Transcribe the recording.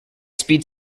speed